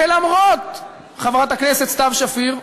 ולמרות חברת הכנסת סתיו שפיר,